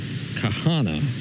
Kahana